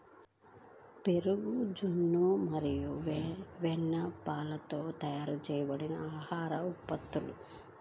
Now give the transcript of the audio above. పెరుగు, జున్ను మరియు వెన్నపాలతో తయారు చేయబడిన ఆహార ఉత్పత్తులు